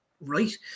right